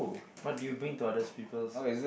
what do you bring to others people's